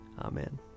Amen